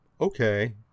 Okay